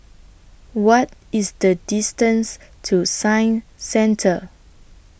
What IS The distance to Science Centre